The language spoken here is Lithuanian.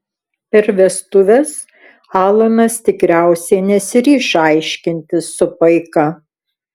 per vestuves alanas tikriausiai nesiryš aiškintis su paika